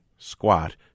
squat